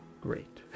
Great